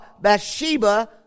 Bathsheba